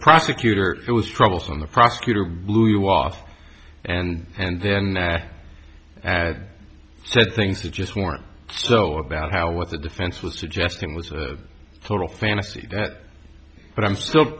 prosecutor was troubles on the prosecutor blew off and and then and said things that just weren't so about how what the defense was suggesting was a total fantasy that but i'm still